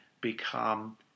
become